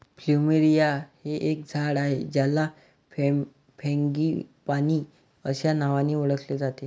plumeria हे एक झाड आहे ज्याला फ्रँगीपानी अस्या नावानी ओळखले जाते